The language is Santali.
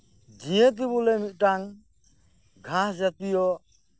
ᱡᱤᱭᱟᱹᱛᱤ ᱵᱚᱞᱮ ᱢᱤᱫᱴᱟᱝ ᱜᱷᱟᱸᱥ ᱡᱟ ᱛᱤᱭᱚ